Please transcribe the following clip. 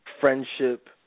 friendship